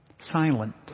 silent